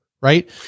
Right